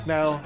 Now